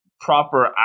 proper